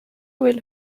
will